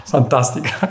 Fantastica